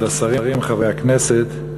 כבוד השרים, חברי הכנסת,